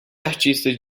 artistas